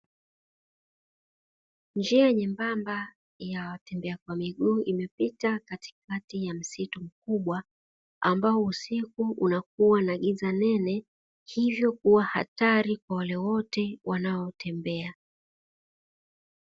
Njia nyembamba ya watembea kwa miguu imepita katikati ya msitu mkubwa, ambao usiku unakuwa na giza nene hivyo kuwa hatari kwa wale wote wanaotembea.